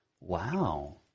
Wow